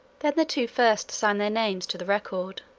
then the two first sign their names to the record,